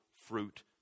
fruit